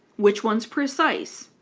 which one is precise?